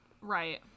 Right